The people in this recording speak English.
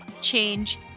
change